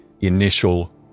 initial